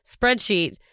spreadsheet